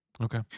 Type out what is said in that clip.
Okay